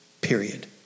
period